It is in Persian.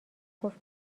گفت